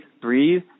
breathe